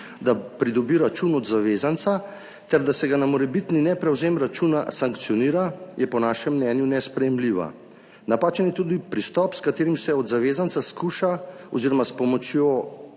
da pridobi račun od zavezanca, ter da se ga za morebitni neprevzem računa sankcionira, je po našem mnenju nesprejemljiva. Napačen je tudi pristop, s katerim se skuša s pomočjo